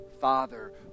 Father